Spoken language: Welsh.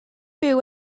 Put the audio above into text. byw